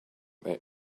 they